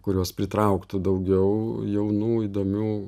kurios pritrauktų daugiau jaunų įdomių